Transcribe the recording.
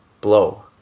blow